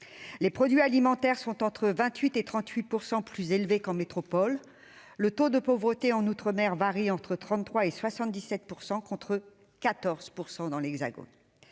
Les produits alimentaires sont entre 28 % et 38 % plus chers qu'en métropole. Le taux de pauvreté en outre-mer varie entre 33 % et 77 %, contre 14 % dans l'Hexagone.